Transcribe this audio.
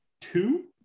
two